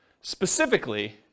specifically